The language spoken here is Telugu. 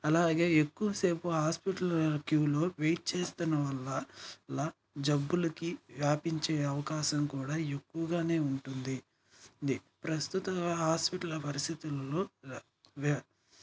అలాగే ఎక్కువసేపు హాస్పిటల్ క్యూలో వెయిట్ చేస్తున్న వల్ల ల జబ్బులకి వ్యాపించే అవకాశం కూడా ఎక్కువగా ఉంటుంది ది ప్రస్తుత హాస్పిటల్ పరిస్థితుల్లో వ్య